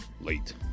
late